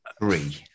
Three